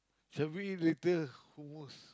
shall we eat later Hummus